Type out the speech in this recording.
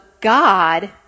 God